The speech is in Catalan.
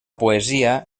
poesia